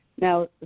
Now